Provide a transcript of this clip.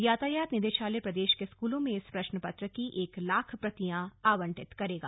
यातायात निदेशालय प्रदेश के स्कूलों में इस प्रश्न पत्र की एक लाख प्रतियां आवंटित करेगा